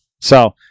So-